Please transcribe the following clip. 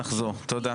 לא,